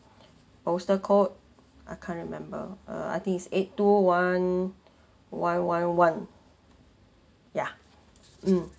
postal code I can't remember uh I think is eight two one one one one ya mm